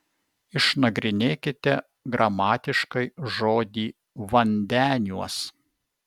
išnagrinėkite gramatiškai žodį vandeniuos